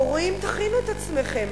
הורים, תכינו את עצמכם.